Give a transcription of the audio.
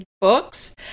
books